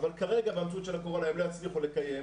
אבל כרגע במציאות של הקורונה הם לא יצליחו לקיים,